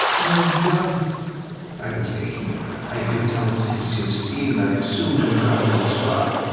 where would you go? matt i would stay here. i built all of so this. you have seen, i assume, to have gotten this far,